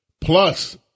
Plus